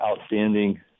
outstanding